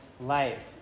life